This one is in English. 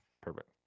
perfect